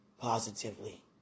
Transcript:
positively